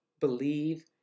believe